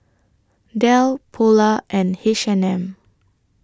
Dell Polar and H and M